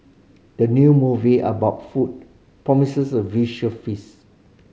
the new movie about food promises a visual feast